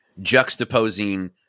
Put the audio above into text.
juxtaposing